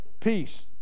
Peace